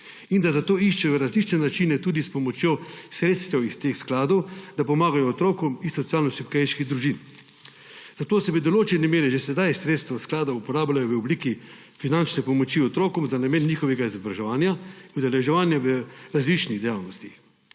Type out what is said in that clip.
zato iščejo različne načine tudi s pomočjo sredstev iz teh skladov, da pomagajo otrokom iz socialno šibkejših družin. Zato se v določeni meri že sedaj sredstva skladov uporabljajo v obliki finančne pomoči otrokom za namen njihovega izobraževanja, udeleževanja v različnih dejavnostih.